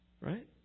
Right